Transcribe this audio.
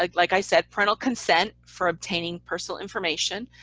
like like i said parental consent for obtaining personal information,